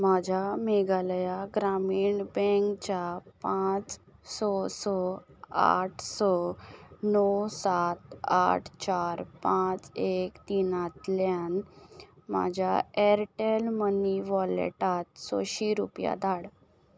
म्हज्या मेघालया ग्रामीण बँकच्या पांच स स आठ स णव सात आठ चार पांच एक तिनांतल्यान म्हज्या एरटॅल मनी वॉलेटांत सशी रुपया धाड